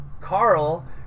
Carl